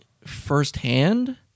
firsthand